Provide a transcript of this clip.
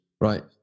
right